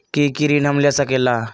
की की ऋण हम ले सकेला?